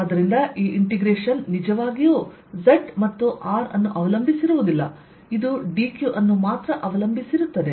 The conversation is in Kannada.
ಆದ್ದರಿಂದ ಈ ಇಂಟೆಗ್ರೇಶನ್ ನಿಜವಾಗಿಯೂ z ಮತ್ತು R ಅನ್ನು ಅವಲಂಬಿಸಿರುವುದಿಲ್ಲ ಇದು dq ಅನ್ನು ಮಾತ್ರ ಅವಲಂಬಿಸಿರುತ್ತದೆ